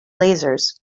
lasers